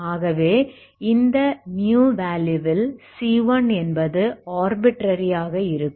ஆகவே இந்த வேல்யூவில் c1 என்பது ஆர்பிட்ரரி ஆக இருக்கும்